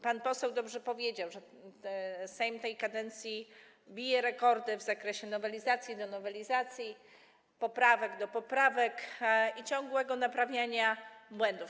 Pan poseł dobrze powiedział, że Sejm tej kadencji bije rekordy w zakresie nowelizacji do nowelizacji, poprawek do poprawek i ciągłego naprawiania błędów.